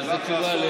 להחזיר תשובה,